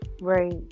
Right